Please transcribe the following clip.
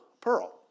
pearl